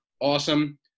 Awesome